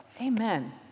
Amen